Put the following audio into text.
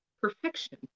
perfection